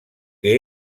que